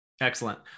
Excellent